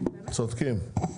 צודקים.